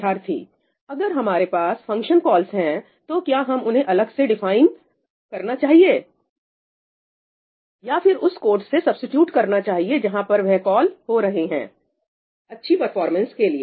विद्यार्थी अगर हमारे पास फंक्शन कॉल्स हैं तो क्या हमें उन्हें अलग से डिफाइन करना चाहिए या फिर उस कोड से सब्सीट्यूट करना चाहिए जहां पर वह कॉल हो रहे हैंअच्छी परफॉर्मेंस performance के लिए